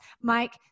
Mike